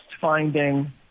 finding